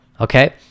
Okay